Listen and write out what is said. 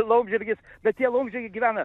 laumžirgis bet tie laumžirgiai gyvena